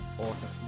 awesome